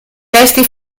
testi